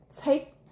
take